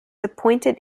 appointed